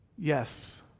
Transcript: Yes